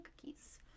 cookies